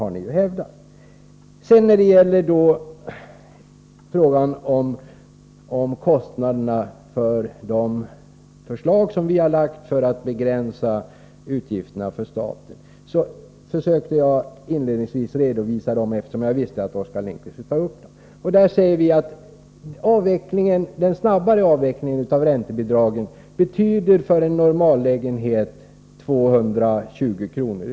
Sedan några ord när det gäller frågan om kostnaderna för de förslag som vi lagt fram i syfte att begränsa statens utgifter. Inledningsvis försökte jag redovisa de kostnaderna, eftersom jag visste att Oskar Lindkvist skulle ta upp saken. Vi säger att den snabbare avvecklingen av räntebidragen betyder en merkostnad med 220 kr.